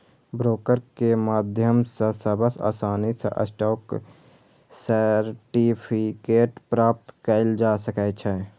broker के माध्यम सं सबसं आसानी सं स्टॉक सर्टिफिकेट प्राप्त कैल जा सकै छै